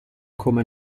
come